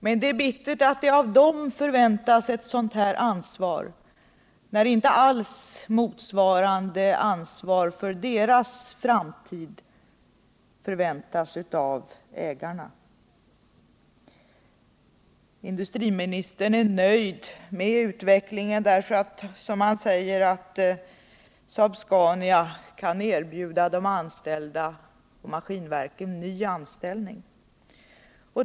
Men det är bittert att det av dem förväntas ett sådant här ansvar när inte alls motsvarande ansvar för deras framtid förväntas tas av ägarna. Industriministern är nöjd med utvecklingen därför att, som han säger, Saab-Scania kan erbjuda de anställda på Maskinverken ny anställning.